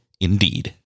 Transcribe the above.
Indeed